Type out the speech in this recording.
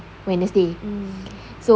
wednesday